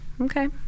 okay